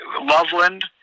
Loveland